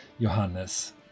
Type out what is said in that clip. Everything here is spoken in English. Johannes